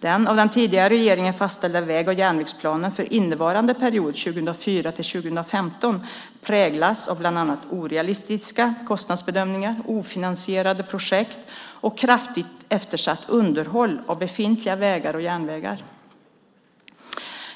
Den av den tidigare regeringen fastställda väg och järnvägsplanen för innevarande period 2004-2015 präglas av bland annat orealistiska kostnadsbedömningar, ofinansierade projekt och kraftigt eftersatt underhåll av befintliga vägar och järnvägar.